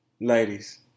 Ladies